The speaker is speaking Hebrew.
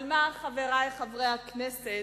על מה, חברי חברי הכנסת?